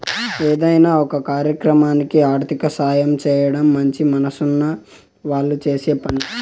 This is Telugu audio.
ఏదైనా ఒక కార్యక్రమానికి ఆర్థిక సాయం చేయడం మంచి మనసున్న వాళ్ళు చేసే పని